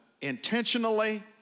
intentionally